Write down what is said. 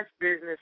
business